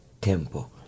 Tempo